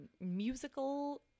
musical